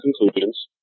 conclusions